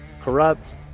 corrupt